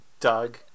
Doug